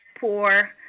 poor